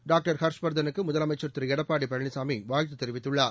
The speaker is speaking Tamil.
டாக்டர் ஹர்ஷ்வர்தனுக்கு முதலமைச்சர் திரு எடப்பாடி பழனிசாமி வாழ்த்து தெரிவித்துள்ளார்